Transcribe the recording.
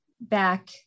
back